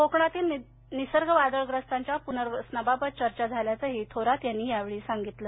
कोकणातील निसर्ग वादळग्रस्तांच्या पुनर्वसनाबाबत चर्चा झाल्याचं थोरात यांनी यावेळी सांगितलं